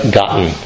gotten